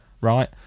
Right